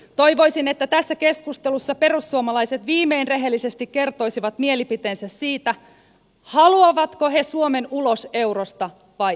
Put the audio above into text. toivoisin että tässä keskustelussa perussuomalaiset viimein rehellisesti kertoisivat mielipiteensä siitä haluavatko he suomen ulos eurosta vai eivät